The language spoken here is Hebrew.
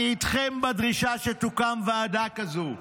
אני איתכם בדרישה שתוקם ועדה כזו,